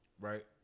Right